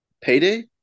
payday